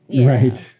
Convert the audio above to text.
Right